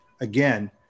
Again